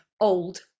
old